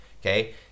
okay